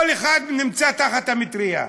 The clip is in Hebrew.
כל אחד נמצא תחת המטרייה.